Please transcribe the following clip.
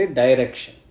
direction